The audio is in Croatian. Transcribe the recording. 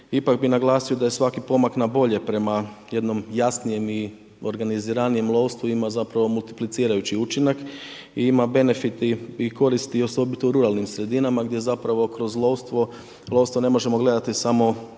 ipak bi naglasio da je svaki pomak na bolje, prema jednom jasnom i organiziranijem lovstvu ima zapravo multiplicirajući učinak i ima benefite i koristi osobito u ruralnim sredinama gdje zapravo kroz lovstvo, lovstvo ne možemo gledati samo ko